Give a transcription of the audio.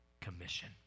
commission